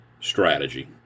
strategy